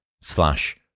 slash